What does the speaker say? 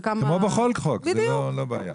כמו בכל חוק, זה לא בעיה.